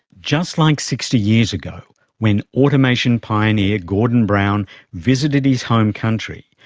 just like sixty years ago when automation pioneer gordon brown visited his home country,